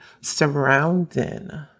surrounding